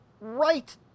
right